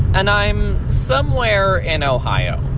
and i'm somewhere in ohio.